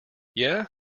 yeah